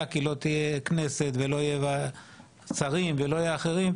כי לא תהיה כנסת ולא יהיה שרים ואחרים,